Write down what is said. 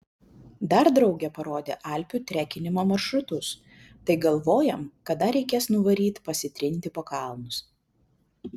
dar draugė parodė alpių trekinimo maršrutus tai galvojam kada reikės nuvaryt pasitrinti po kalnus